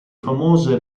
famose